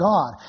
God